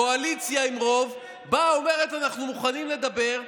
קואליציה עם רוב אומרת: אנחנו מוכנים לדבר,